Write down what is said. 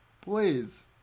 please